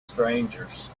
strangers